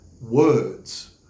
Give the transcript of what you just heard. words